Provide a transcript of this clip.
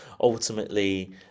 ultimately